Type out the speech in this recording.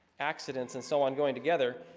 accidents and so on going together.